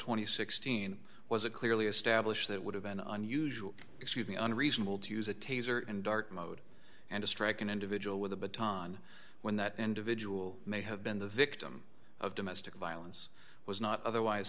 and sixteen was a clearly established that would have been unusual excuse me unreasonable to use a taser and dark mode and to strike an individual with a baton when that individual may have been the victim of domestic violence was not otherwise